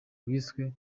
wiswe